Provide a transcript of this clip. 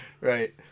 Right